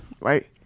right